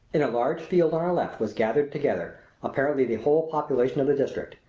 in a large field on our left was gathered together apparently the whole population of the district.